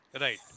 Right